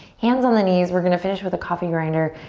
hands on the knees, we're gonna finish with a coffee grinder.